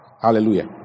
Hallelujah